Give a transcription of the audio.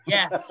Yes।